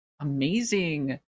amazing